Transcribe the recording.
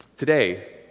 Today